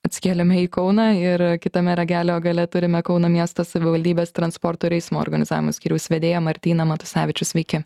atsikėlėme į kauną ir kitame ragelio gale turime kauno miesto savivaldybės transporto ir eismo organizavimo skyriaus vedėją martyną matusevičių sveiki